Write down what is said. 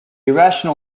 irrational